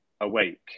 awake